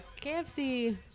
KFC